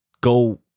go